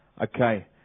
Okay